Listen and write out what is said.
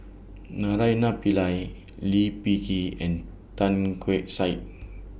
Naraina Pillai Lee Peh Gee and Tan Keong Saik